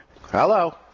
Hello